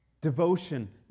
Devotion